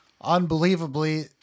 Unbelievably